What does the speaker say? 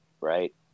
right